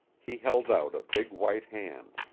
he held out a big white hand.